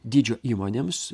dydžio įmonėms